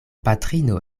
patrino